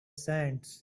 sands